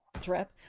drip